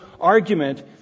argument